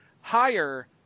higher